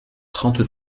trente